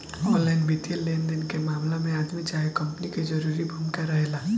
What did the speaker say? online वित्तीय लेनदेन के मामला में आदमी चाहे कंपनी के जरूरी भूमिका रहेला